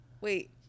wait